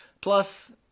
Plus